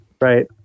right